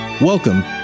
Welcome